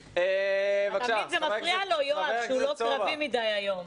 זה מפריע לו שהוא לא קרבי מדי היום.